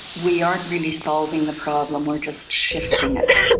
we aren't really solving the problem, we're just shifting it.